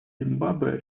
зимбабве